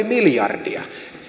miljardia